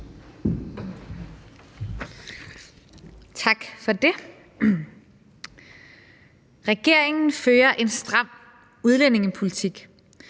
Tak for det. »Regeringen fører en stram udlændingepolitik«.